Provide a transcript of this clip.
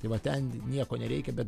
tai va ten nieko nereikia bet